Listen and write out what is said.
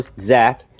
Zach